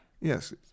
Yes